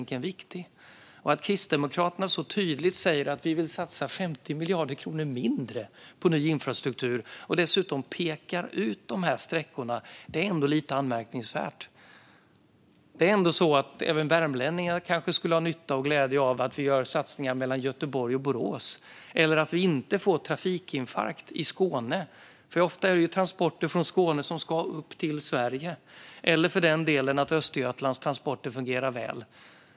Kristdemokraterna säger tydligt att de vill satsa 50 miljarder kronor mindre på ny infrastruktur, och dessutom pekar man ut dessa sträckor. Det är ändå lite anmärkningsvärt. Även värmlänningar skulle ha nytta och glädje av att det satsas på sträckan Göteborg-Borås, eller av att det inte blir en trafikinfarkt i Skåne - ofta är det transporter från Skåne som ska upp genom Sverige - eller för den delen av att Östergötlands transporter fungerar väl.